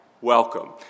welcome